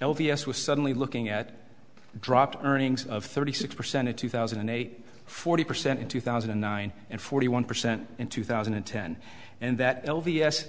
l d s was suddenly looking at dropped earnings of thirty six percent in two thousand and eight forty percent in two thousand and nine and forty one percent in two thousand and ten and that l